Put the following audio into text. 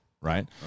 right